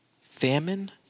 famine